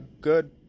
good